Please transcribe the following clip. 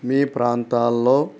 మీ ప్రాంతాలలో